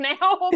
now